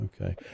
Okay